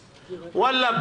ואלה,